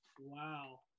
Wow